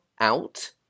out